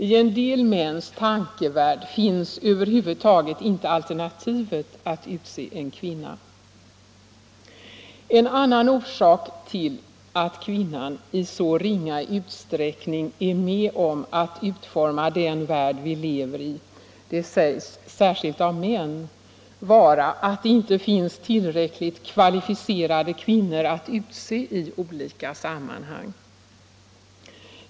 I en del mäns tankevärld finns över huvud taget inte alternativet att utse en kvinna. En annan orsak till att kvinnan i så ringa utsträckning är med om att utforma den värld vi lever i sägs — särskilt av män — vara att det inte finns tillräckligt kvalificerade kvinnor att utse i olika sammanhang.